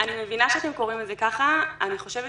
אני מבינה שאתם קוראים לזה ככה, אני חושבת